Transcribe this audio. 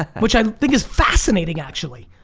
which i think is fascinating actually.